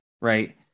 right